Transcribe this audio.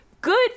Good